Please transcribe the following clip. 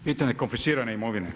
Pitanje konfiscirane imovine.